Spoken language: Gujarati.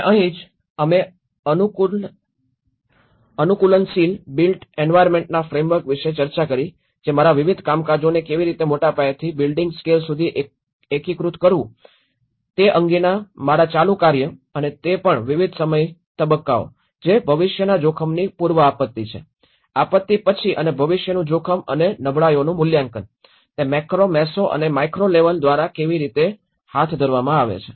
અને અહીં જ અમે અનુકૂલનશીલ બિલ્ટ એન્વાયર્નમેન્ટના ફ્રેમવર્ક વિશે ચર્ચા કરી જે મારા વિવિધ કામકાજને કેવી રીતે મોટા પાયેથી બિલ્ડિંગ સ્કેલ સુધી એકીકૃત કરવું તે અંગેના મારા ચાલુ કાર્ય અને તે પણ વિવિધ સમય તબક્કાઓ જે ભવિષ્યના જોખમની પૂર્વ આપત્તિ છે આપત્તિ પછી અને ભવિષ્યનું જોખમ અને નબળાઈઓનું મૂલ્યાંકન તે મેક્રો મેસો અને માઇક્રો લેવલ દ્વારા કેવી રીતે હાથ ધરવામાં આવે છે